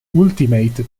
ultimate